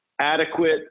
adequate